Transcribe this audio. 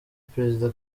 perezida